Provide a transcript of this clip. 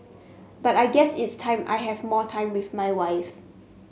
but I guess it's time I have more time with my wife